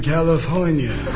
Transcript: California